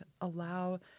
allow